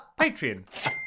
Patreon